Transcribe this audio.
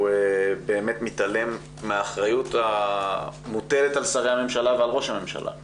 הוא מתעלם מהאחריות המוטלת על שרי הממשלה ועל ראש הממשלה,